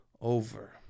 over